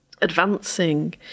advancing